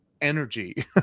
energy